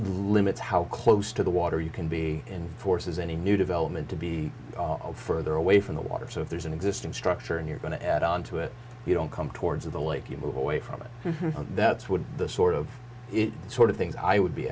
limits how close to the water you can be in forces any new development to be further away from the water so if there's an existing structure and you're going to add on to it you don't come towards the lake you move away from it that's what the sort of sort of things i would be